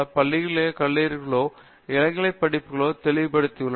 பள்ளியிலோ அல்லது கல்லூரிகளிலோ இளங்கலை பட்டப்படிப்புக்கு தெளிவான மெட்ரிக் உள்ளது